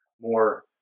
more